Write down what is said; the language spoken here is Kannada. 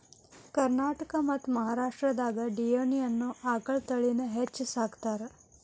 ಕರ್ನಾಟಕ ಮತ್ತ್ ಮಹಾರಾಷ್ಟ್ರದಾಗ ಡಿಯೋನಿ ಅನ್ನೋ ಆಕಳ ತಳಿನ ಹೆಚ್ಚ್ ಸಾಕತಾರ